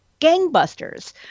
gangbusters